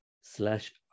slash